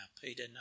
Peter